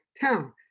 Town